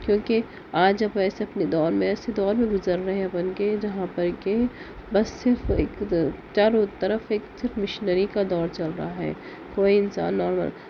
کیونکہ آج جب ایسے اپنے دور میں ایسے دور میں گذر رہے ہیں اپن کہ جہاں پر کہ بس صرف ایک چاروں طرف ایک مشنری کا دور چل رہا ہے کوئی انسان نارمل